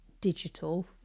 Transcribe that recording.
digital